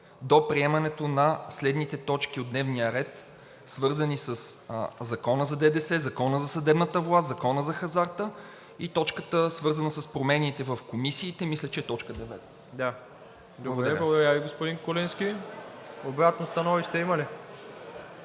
до приемането на следните точки от дневния ред, свързани със Закона за ДДС; Закона за съдебната власт; Закона за хазарта и точката, свързана с промените в комисиите. Мисля, че е точка девета. ПРЕДСЕДАТЕЛ МИРОСЛАВ ИВАНОВ: Благодаря Ви, господин Куленски. Обратно становище има ли?